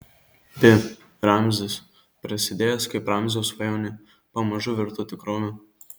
pi ramzis prasidėjęs kaip ramzio svajonė pamažu virto tikrove